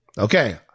Okay